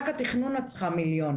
רק על התכנון את צריכה מיליון.